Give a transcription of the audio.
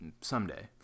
someday